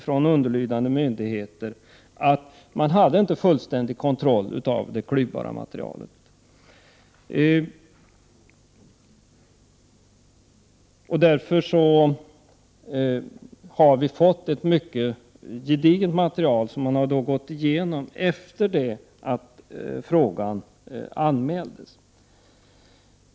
Från underlydande myndigheters sida konstaterades att man inte hade fullständig kontroll över det klyvbara materialet.